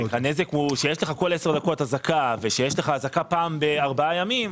כשיש לך כל עשר דקות אזעקה וכשיש אזעקה פעם בארבעה ימים,